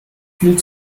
viel